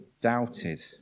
doubted